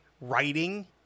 writing